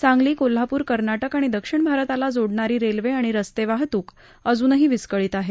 सांगली कोल्हापूर कर्नाटक आणि दक्षिण भारताला जोडणारी रेल्वे आणि रस्ते वाहतूक अजूनही विस्कळीत आहे